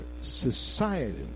society